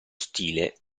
stile